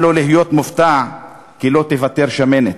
אל לו להיות מופתע כי לא תיוותר שמנת.